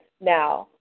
Now